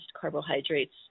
carbohydrates